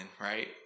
right